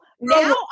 now